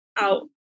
out